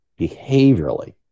behaviorally